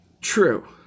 True